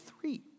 three